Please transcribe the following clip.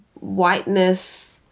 whiteness